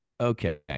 Okay